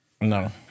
No